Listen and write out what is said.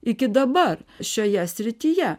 iki dabar šioje srityje